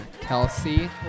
Kelsey